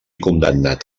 condemnat